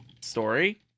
story